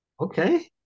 okay